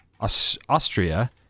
Austria